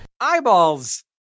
Eyeballs